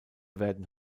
werden